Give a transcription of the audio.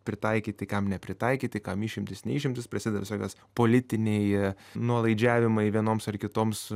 pritaikyti kam nepritaikyti kam išimtys ne išimtys prasideda visokios politiniai nuolaidžiavimai vienoms ar kitoms